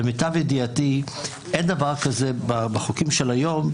למיטב ידיעתי אין דבר כזה בחוקים של היום.